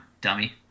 dummy